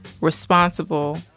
responsible